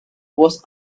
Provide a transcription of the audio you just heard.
was